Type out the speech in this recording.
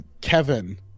kevin